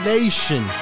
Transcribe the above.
Nation